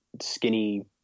skinny